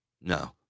no